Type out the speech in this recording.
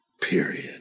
period